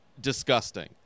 disgusting